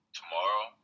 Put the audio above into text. tomorrow